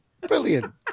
brilliant